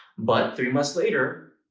but three months later,